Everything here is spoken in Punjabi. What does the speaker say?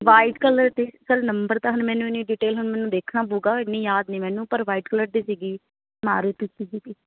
ਵਾਈਟ ਕਲਰ ਦੇ ਸਰ ਨੰਬਰ ਤਾਂ ਹੁਣ ਮੈਨੂੰ ਇੰਨੀ ਡਿਟੇਲ ਮੈਨੂੰ ਦੇਖਣਾ ਪਊਗਾ ਇੰਨੀ ਯਾਦ ਨਹੀ ਮੈਨੂੰ ਪਰ ਵਾਈਟ ਕਲਰ ਦੀ ਸੀਗੀ ਮਾਰੂਤੀ ਸਜ਼ੂਕੀ